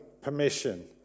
permission